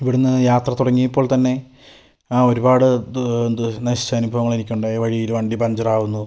ഇവിടുന്ന് യാത്ര തുടങ്ങിയപ്പോൾ തന്നെ ഒരുപാട് ദുരന്തം നശിച്ച അനുഭവങ്ങൾ എനിക്കുണ്ടായി വഴിയില് വണ്ടി പഞ്ചർ ആകുന്നു